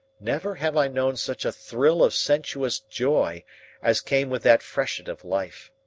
never have i known such a thrill of sensuous joy as came with that freshet of life.